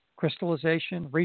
crystallization